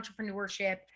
entrepreneurship